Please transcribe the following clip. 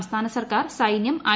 സംസ്ഥാന സർക്കാർ സൈന്യം ഐ